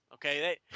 Okay